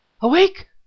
awake